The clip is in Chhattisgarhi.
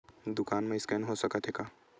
दुकान मा स्कैन हो सकत हे का?